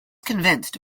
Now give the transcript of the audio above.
convinced